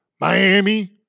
Miami